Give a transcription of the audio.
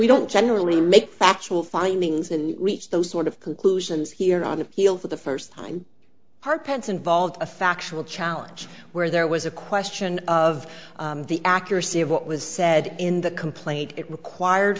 we don't generally make factual findings and reach those sort of conclusions here on the heels of the first time her pence involved a factual challenge where there was a question of the accuracy of what was said in the complaint it required